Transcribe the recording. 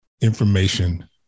information